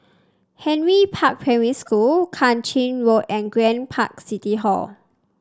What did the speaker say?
Henry Park Primary School Kang Ching Road and Grand Park City Hall